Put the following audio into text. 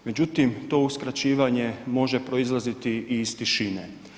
Međutim to uskraćivanje može proizlaziti i iz tišine.